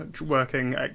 working